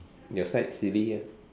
your side silly ah